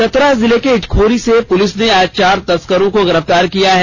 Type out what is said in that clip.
चतरा जिले के इटखोरी से पुलिस ने आज चार तस्करों को गिरफ्तार किया है